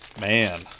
Man